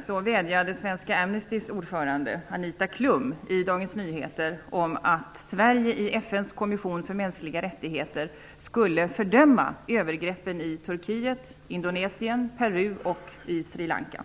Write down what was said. sedan vädjade svenska Amnestys ordförande Anita Klum i Dagens Nyheter om att Sverige i FN:s kommission för mänskliga rättigheter skulle fördöma övergreppen i Turkiet, Indonesien, Peru och Sri Lanka.